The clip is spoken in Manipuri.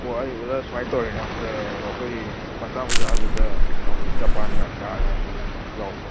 ꯑꯣ ꯑꯩ ꯑꯣꯖꯥ ꯁꯨꯃꯥꯏ ꯇꯧꯔꯦ ꯑꯩꯈꯣꯏ ꯃꯆꯥ ꯃꯆꯥꯗꯨꯗ ꯑꯩꯈꯣꯏ ꯖꯄꯥꯟ ꯉꯀ꯭ꯔꯥꯒꯥꯗꯨ ꯌꯥꯎꯕ꯭ꯔꯣ